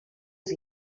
els